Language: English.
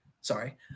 Sorry